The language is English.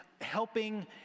helping